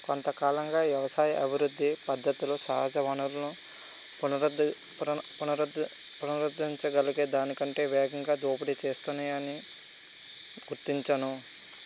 కొంతకాలంగా వ్యవసాయ అభివృద్ధి పద్ధతిలో సహజ వనరులు పునరుద్ధులు పునరు పునరుద్ధించ కలిగే దాని కంటే వేగంగా దోపిడీ చేస్తున్నాయి అని గుర్తించాను